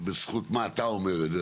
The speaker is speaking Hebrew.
בזכות מה אתה אומר את זה?